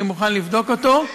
אני מוכן לבדוק אותו.